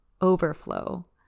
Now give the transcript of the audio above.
overflow